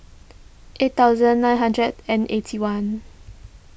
eight thousand nine hundred and eighty one